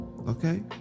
okay